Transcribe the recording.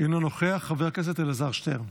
אינו נוכח, חבר הכנסת אלעזר שטרן,